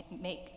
make